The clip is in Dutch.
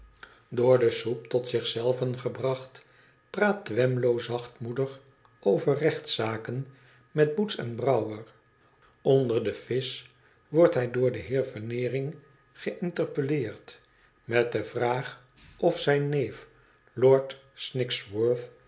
door de soep tot zich zelven gebracht praat twemlow zachtmoedig over rechtszaken met boots en brouwer onder de visch wordt hij door den heer veneering géïnterpeleerd met de vraag of zijn neef lord